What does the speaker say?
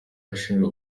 ashinjwa